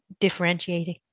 differentiating